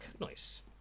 Nice